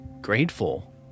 grateful